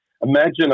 imagine